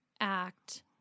act